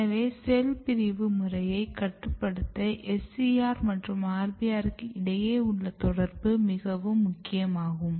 எனவே செல் பிரிவு முறையை கட்டுப்படுத்த SCR மற்றும் RBR க்கு இடையே உள்ள தொடர்பு மிகவும் முக்கியமாகும்